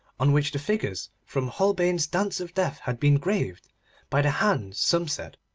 on which the figures from holbein's dance of death had been graved by the hand, some said,